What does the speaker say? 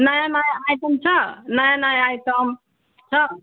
नयाँ नयाँ आइटम छ नयाँ नयाँ आइटम छ